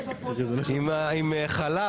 אם כך,